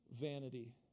vanity